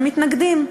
הם מתנגדים.